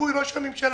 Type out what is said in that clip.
בגיבוי ראש הממשלה.